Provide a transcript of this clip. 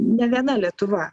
ne viena lietuva